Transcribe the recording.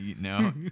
no